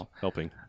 helping